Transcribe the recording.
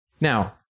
Now